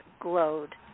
glowed